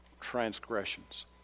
transgressions